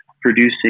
producing